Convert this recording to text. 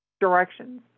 directions